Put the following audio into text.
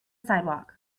sidewalk